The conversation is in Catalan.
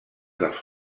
dels